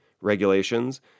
regulations